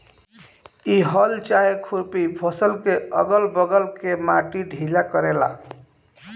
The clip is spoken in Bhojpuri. इ हल चाहे खुरपी फसल के अगल बगल के माटी ढीला करेला